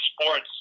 sports